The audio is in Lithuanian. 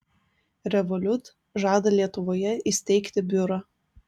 revolut žada lietuvoje įsteigti biurą